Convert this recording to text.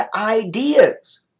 ideas